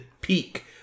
peak